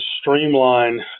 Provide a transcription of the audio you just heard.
streamline